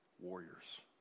warriors